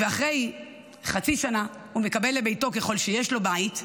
ואחרי חצי שנה הוא מקבל לביתו, ככל שיש לו בית,